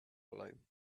alone